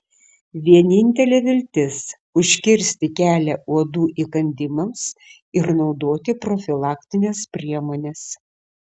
vienintelė viltis užkirsti kelią uodų įkandimams ir naudoti profilaktines priemones